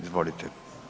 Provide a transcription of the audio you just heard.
Izvolite.